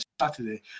Saturday